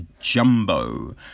Jumbo